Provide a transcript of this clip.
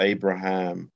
Abraham